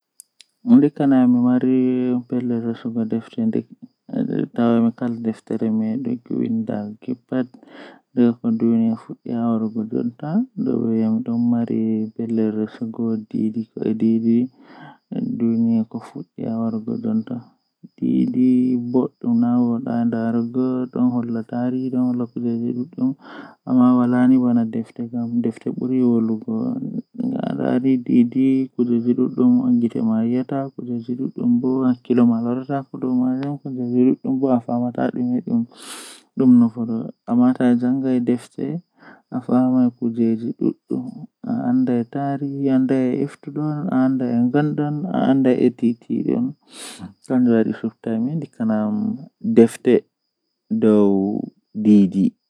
To ayidi woggago nyi'e ma aheban woodi kobe woggirta nyi'e bedon wiya dum brush, Aheba dum aheba be maklin ma don mana sabulu on amma kanjum jei woggugo nyi'e, Awada haander asofna hunduko ma be ndiyam awada brush man haa nder atokka yiggugo nyi'e ma to laabi alallita be nyidam atuta ndiyam man.